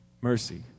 Mercy